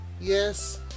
yes